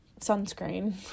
sunscreen